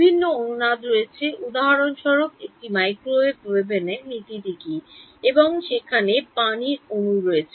বিভিন্ন অনুনাদ রয়েছে উদাহরণস্বরূপ একটি মাইক্রোওয়েভ ওভেনে নীতিটি কী এবং সেখানে জলের অণু রয়েছে